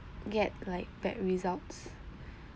get like bad results